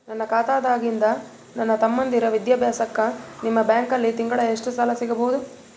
ನನ್ನ ಖಾತಾದಾಗಿಂದ ನನ್ನ ತಮ್ಮಂದಿರ ವಿದ್ಯಾಭ್ಯಾಸಕ್ಕ ನಿಮ್ಮ ಬ್ಯಾಂಕಲ್ಲಿ ತಿಂಗಳ ಎಷ್ಟು ಸಾಲ ಸಿಗಬಹುದು?